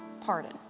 pardon